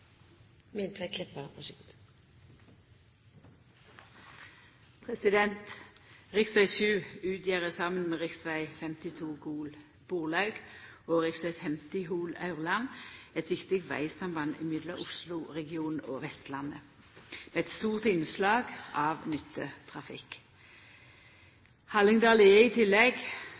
utgjer saman med rv. 52 Gol–Borlaug og rv. 50 Hol–Aurland eit viktig vegsamband mellom Oslo-regionen og Vestlandet, med eit stort innslag av nyttetrafikk. Hallingdal er, som fleire allereie har vore inne på, i tillegg